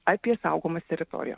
apie saugomas teritorijas